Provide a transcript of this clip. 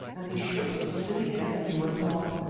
and he shook his silly head and went on,